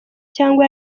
cyangwa